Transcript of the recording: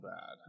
bad